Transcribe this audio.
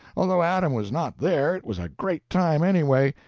although adam was not there, it was a great time anyway,